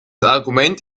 argument